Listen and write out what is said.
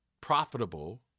profitable